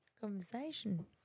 conversation